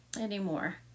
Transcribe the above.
anymore